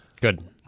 Good